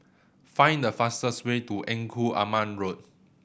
find the fastest way to Engku Aman Road